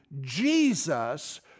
Jesus